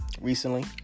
Recently